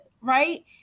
right